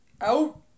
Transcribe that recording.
Out